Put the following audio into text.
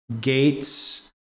gates